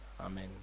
amen